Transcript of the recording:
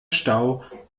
stau